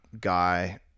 guy